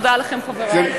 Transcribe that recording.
תודה לכם, חברי.